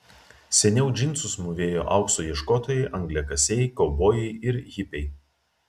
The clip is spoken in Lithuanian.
seniau džinsus mūvėjo aukso ieškotojai angliakasiai kaubojai ir hipiai